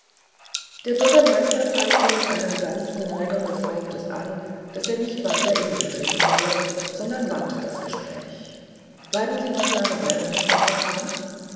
der bürgermeister zeigte mit einer sanften neigung des hauptes an daß er nicht weiter in ihn dringen wolle sondern wandte das gespräch bleiben sie noch lange bei uns herr von hahn